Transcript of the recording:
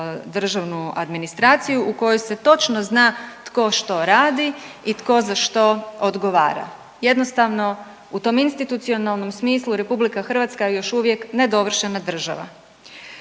državnu administraciju u kojoj se točno zna tko što radi i tko za što odgovara. Jednostavno, u tom institucionalnom smislu, RH još uvijek nedovršena država